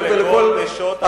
חג שמח לכל נשות העולם.